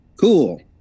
Cool